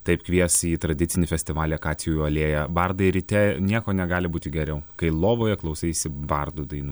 taip kvies į tradicinį festivalį akacijų alėja bardai ryte nieko negali būti geriau kai lovoje klausaisi bardų dainų